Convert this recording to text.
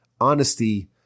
honesty